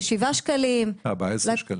ב-7 שקלים --- 14 שקלים.